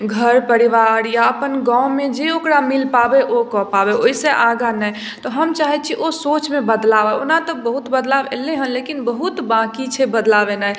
घर परिवार या अपन गाँवमे जे ओकरा मिल पाबै ओ कऽ पाबै ओहि सऽ आगाँ नहि तऽ हम चाहै छी ओइ सोचमे बदलाव आबै ओना तऽ बहुत बदलाव एलै हन लेकिन बहुत बाँकी छै बदलाव एनै